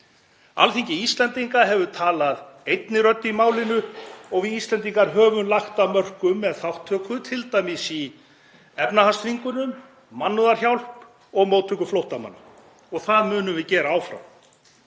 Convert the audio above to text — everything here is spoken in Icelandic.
Alþingi Íslendinga hefur talað einni röddu í málinu og við Íslendingar höfum lagt af mörkum með þátttöku t.d. í efnahagsþvingunum, mannúðarhjálp og móttöku flóttamanna. Það munum við gera áfram.